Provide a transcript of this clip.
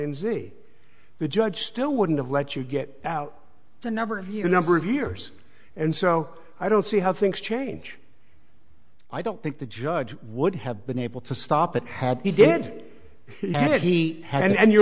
and z the judge still wouldn't have let you get out the number of your number of years and so i don't see how things change i don't think the judge would have been able to stop it had he did that he had and you're